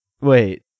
Wait